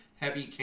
heavy